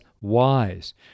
wise